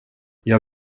jag